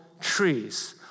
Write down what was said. trees